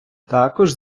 також